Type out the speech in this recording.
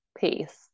peace